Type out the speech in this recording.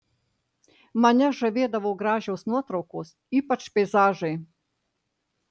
mane žavėdavo gražios nuotraukos ypač peizažai